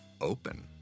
open